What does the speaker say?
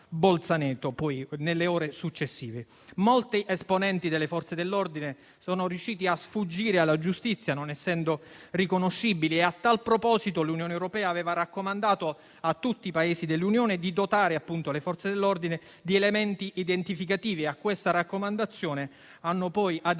Molti esponenti delle Forze dell'ordine sono riusciti a sfuggire alla giustizia, non essendo riconoscibili, e a tal proposito l'Unione europea aveva raccomandato a tutti i Paesi dell'Unione di dotare le Forze dell'ordine di elementi identificativi. A questa raccomandazione hanno poi adempiuto